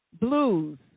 Blues